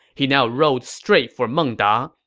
he now rode straight for meng da.